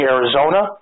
Arizona